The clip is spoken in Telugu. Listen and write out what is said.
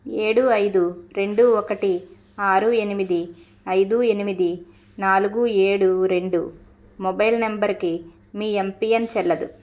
ఏడు ఐదు రెండు ఒకటి ఆరు ఎనిమిది ఐదు ఎనిమిది నాలుగు ఏడు రెండు మొబైల్ నంబర్కి మీ ఎంపియన్ చెల్లదు